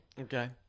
Okay